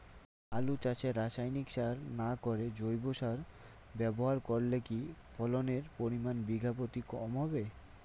আলু চাষে রাসায়নিক সার না করে জৈব সার ব্যবহার করলে কি ফলনের পরিমান বিঘা প্রতি কম হবে?